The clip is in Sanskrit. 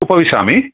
उपविशामि